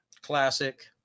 classic